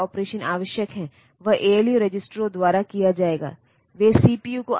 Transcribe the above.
तो IN increment है और R रजिस्टर है इन्क्रीमेंट रजिस्टर ए